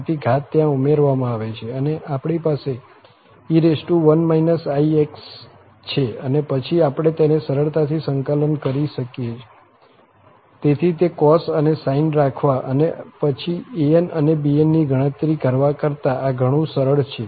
તેથી ઘાત ત્યાં ઉમેરવામાં આવે છે અને આપણી પાસે e1 ix છે અને પછી આપણે તેને સરળતાથી સંકલન કરી શકીએ છીએ તેથી તે cos અને sine રાખવા અને પછી an અને bn ની ગણતરી કરવા કરતાં આ ઘણું સરળ છે